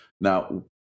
Now